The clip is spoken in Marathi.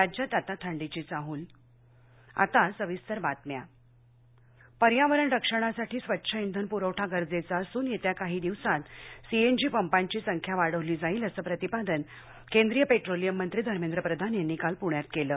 राज्यात आता थंडीची चाहूल आता सविस्तर बातम्या धर्मेंद्र प्रधान पर्यावरण रक्षणासाठी स्वच्छ इंधन प्रवठा गरजेचा असून येत्या काही दिवसात सी एन जी पंपांची संख्या वाढवली जाईल असं प्रतिपादन केंद्रीय पेट्रोलियम मंत्री धर्मेंद्र प्रधान यांनी काल पुण्यात केलं